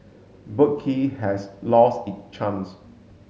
Boat Quay has lost it charms